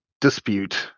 dispute